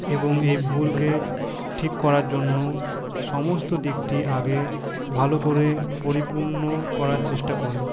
এবং এই ভুলকে ঠিক করার জন্য সমস্ত দিকটি আগে ভালো করে পরিপূর্ণ করার চেষ্টা করে